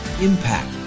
impact